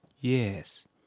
Yes